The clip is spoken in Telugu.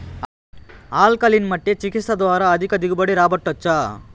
ఆల్కలీన్ మట్టి చికిత్స ద్వారా అధిక దిగుబడి రాబట్టొచ్చా